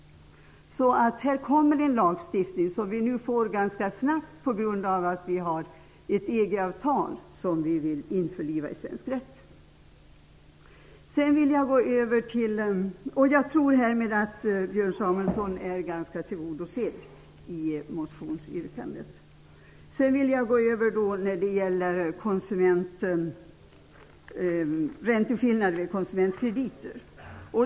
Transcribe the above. Här kommer alltså ganska snabbt en lagstiftning på grund av EG-avtalet, som vi vill införliva i svensk rätt. Jag tror att Björn Samuelsons önskemål i motionsyrkandet härmed är ganska väl tillgodosedda. Sedan gäller det ränteskillnader vid konsumentkrediter.